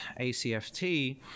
ACFT